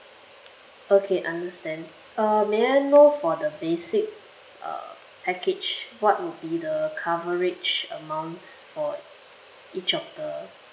okay understand uh may I know for the basic uh package what will be the coverage amounts for each of the